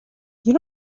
you